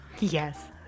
Yes